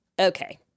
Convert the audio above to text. okay